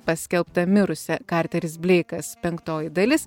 paskelbta mirusia karteris bleikas penktoji dalis